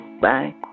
Bye